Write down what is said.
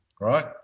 right